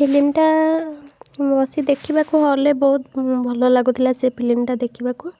ଫିଲିମ୍ଟା ବସି ଦେଖିବାକୁ ହଲ୍ରେ ବହୁତ ଭଲ ଲାଗୁଥିଲା ସେ ଫିଲିମ୍ଟା ଦେଖିବାକୁ